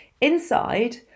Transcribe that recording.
inside